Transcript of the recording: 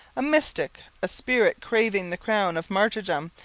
a mystic, a spirit craving the crown of martyrdom,